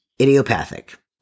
idiopathic